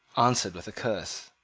answered with a curse.